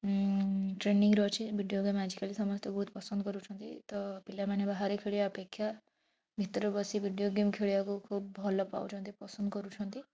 ଇମମ ଟ୍ରେନିଂରେ ଅଛି video game ଆଜିକାଲି ସମସ୍ତେ ବହୁତ ପସନ୍ଦ କରୁଛନ୍ତି ତ ପିଲା ମାନେ ବାହାରେ ଖେଳିବା ଅପେକ୍ଷା ଭିତରେ ବସି ଭିଡ଼ିଓ ଗେମ ଖେଳିବାକୁ ଖୁବ୍ ଭଲ ପାଉଛନ୍ତି ପସନ୍ଦ କରୁଛନ୍ତି